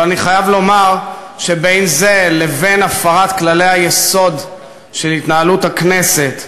אבל אני חייב לומר שבין זה לבין הפרת כללי היסוד של התנהלות הכנסת,